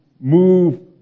Move